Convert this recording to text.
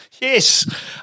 yes